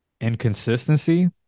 inconsistency